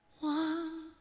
one